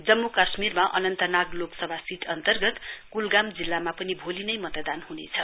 जम्मू काश्मीरमा अनन्तनाग लोसभा सीट अन्तर्गत क्लगाम जिल्लामा पनि भोलि नै मतदान ह्नेछ